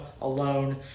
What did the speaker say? alone